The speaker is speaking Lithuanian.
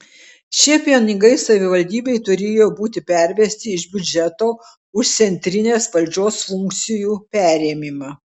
šie pinigai savivaldybei turėjo būti pervesti iš biudžeto už centrinės valdžios funkcijų perėmimą